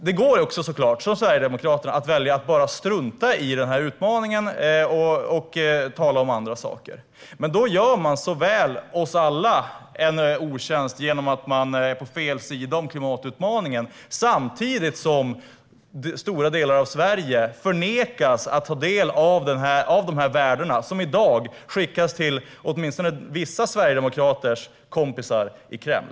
Det går såklart att som Sverigedemokraterna välja att bara strunta i den här utmaningen och tala om andra saker. Men då gör man oss alla en otjänst genom att man är på fel sida av klimatutmaningen samtidigt som stora delar av Sverige nekas att ta del av de här värdena, som i dag skickas till åtminstone vissa sverigedemokraters kompisar i Kreml.